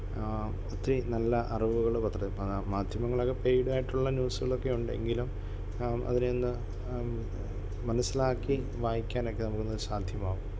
ഒത്തിരി നല്ല അറിവുകൾ പത്ര മാധ്യമങ്ങളക്കെ പേയ്ഡ് ആയിട്ടുള്ള ന്യൂസുകളൊക്കെ ഉണ്ടെങ്കിലും അതിനെ ഒന്ന് മനസ്സിലാക്കി വായിക്കാനൊക്കെ നമുക്ക് ഇന്ന് സാധ്യമാകും